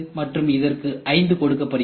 மற்றும் இதற்கு ஐந்து கொடுக்கப்படுகிறது